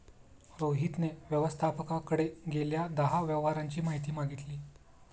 रोहितने व्यवस्थापकाकडे गेल्या दहा व्यवहारांची माहिती मागितली